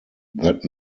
that